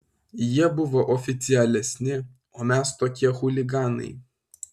jie buvo oficialesni o mes tokie chuliganai